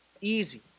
easy